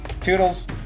Toodles